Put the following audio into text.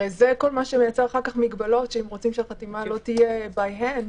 הרי זה כל מה שמייצר אחר כך מגבלות שאם רוצים שהחתימה לא תהיה by hand,